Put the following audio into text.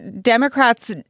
Democrats